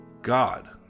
God